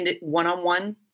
one-on-one